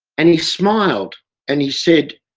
and he smiled and he said,